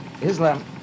Islam